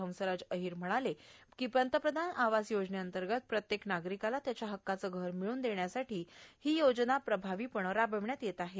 हंसराज अहीर म्हणाले पंतप्रधान आवास योजनेंतर्गत प्रत्येक नागरिकाला त्याच्या हक्काचे घर मिळून देण्यासाठी ही योजना प्रभावीपणे राबविण्यात येत आहे